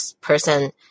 person